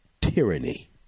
tyranny